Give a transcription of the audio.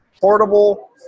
portable